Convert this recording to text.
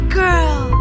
girl